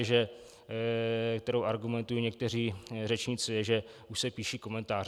Druhá věc, kterou argumentují někteří řečníci, je, že už se píší komentáře.